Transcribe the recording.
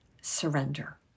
surrender